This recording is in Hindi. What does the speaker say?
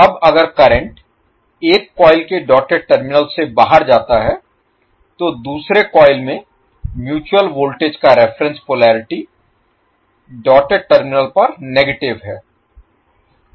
अब अगर करंट एक कॉइल के डॉटेड टर्मिनल से बाहर जाता है तो दूसरे कॉइल में म्यूचुअल वोल्टेज का रेफरेंस पोलरिटी डॉटेड टर्मिनल पर नेगेटिव है